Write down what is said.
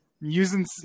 Using